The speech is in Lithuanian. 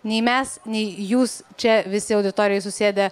nei mes nei jūs čia visi auditorijoj susėdę